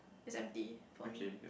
it's empty for me